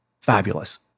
fabulous